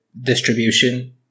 distribution